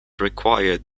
required